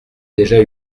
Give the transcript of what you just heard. déjà